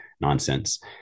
nonsense